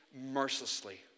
mercilessly